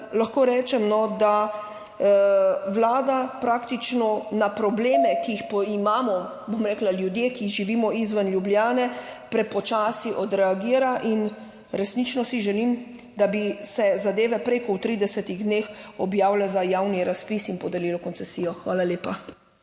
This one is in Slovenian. lahko rečem, da Vlada praktično na probleme, ki jih imamo, bom rekla, ljudje, ki živimo izven Ljubljane, prepočasi odreagira. In resnično si želim, da bi se zadeve prej kot v 30 dneh objavile za javni razpis in bi se podelilo koncesijo. Hvala lepa.